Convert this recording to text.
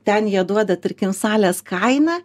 ten jie duoda tarkim salės kainą